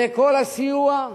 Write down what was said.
לכל הסיוע?